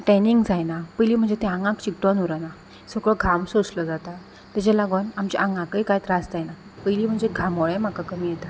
tanning जायना पयली म्हणजे ते आंगाक चिकटोन उरना सगळो घाम सोंसलो जाता ताजे लागून आमच्या आंगाकय कांय त्रास जायना पयली म्हणजे घामोळे म्हाका कमी येता